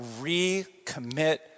recommit